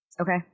okay